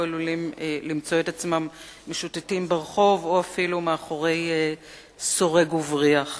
עלולים למצוא את עצמם משוטטים ברחוב או אפילו מאחורי סורג ובריח.